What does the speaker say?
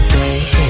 day